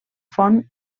font